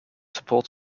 support